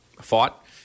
fought